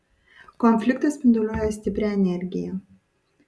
konfliktas spinduliuoja stiprią energiją